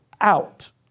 out